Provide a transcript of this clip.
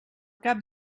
cap